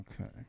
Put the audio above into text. Okay